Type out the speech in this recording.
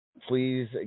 please